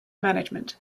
management